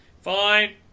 fine